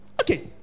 Okay